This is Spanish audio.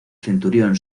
centurión